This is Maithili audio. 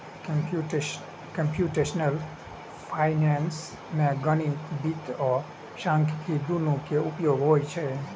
कंप्यूटेशनल फाइनेंस मे गणितीय वित्त आ सांख्यिकी, दुनू के उपयोग होइ छै